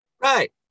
Right